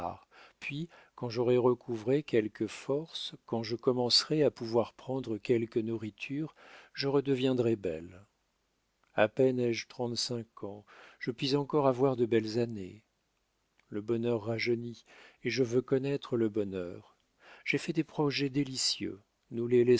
puis quand j'aurai recouvré quelques forces quand je commencerai à pouvoir prendre quelque nourriture je redeviendrai belle a peine ai-je trente-cinq ans je puis encore avoir de belles années le bonheur rajeunit et je veux connaître le bonheur j'ai fait des projets délicieux